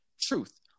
Truth